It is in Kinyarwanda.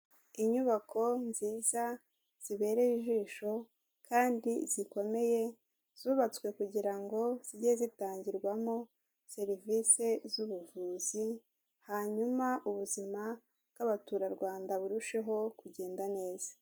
Inyubako nziza zibereye ijisho kandi zikomeye zubatswe kugira ngo zijye zitangirwamo serivise z'ubuvuzi, hanyuma ubuzima bw'abaturarwanda burusheho kugenda neza.